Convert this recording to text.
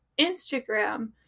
Instagram